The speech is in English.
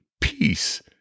peace